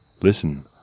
Listen